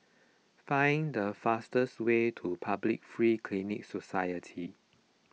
find the fastest way to Public Free Clinic Society